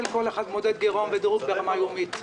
כל אחד מודד גירעון ודירוג ברמה יומית.